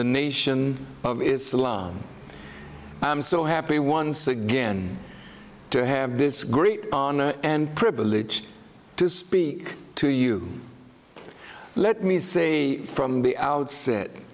the nation of islam i'm so happy once again to have this great honor and privilege to speak to you let me say from the outset